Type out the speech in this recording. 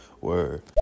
Word